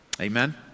Amen